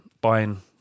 buying